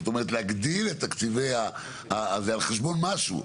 זאת אומרת להגדיל את התקציבים על חשבון משהו.